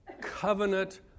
covenant